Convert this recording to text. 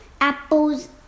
apples